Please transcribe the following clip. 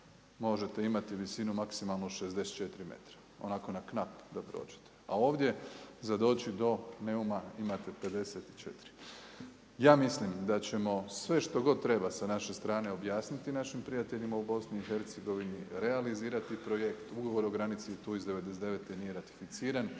možete imati visinu maksimalno 64 metra, onako na knap da prođete. A ovdje za doći do Neuma imate 54. Ja mislim da ćemo sve što god treba sa naše strane objasniti našim prijateljima u Bosni i Hercegovini, realizirati projekt, ugovor o granici tu iz '99. nije ratificiran